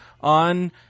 on